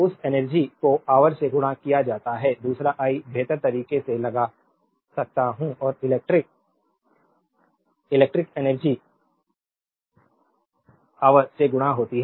उस एनर्जी को ऑवर से गुणा किया जाता है दूसरा आई बेहतर तरीके से लगा सकता हूं कि इलेक्ट्रिक एनर्जी ऑवर से गुणा होती है